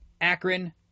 Akron